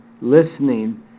listening